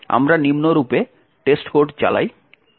আমরা নিম্নরূপে testcode চালাই